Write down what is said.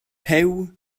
puw